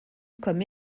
comme